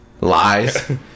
Lies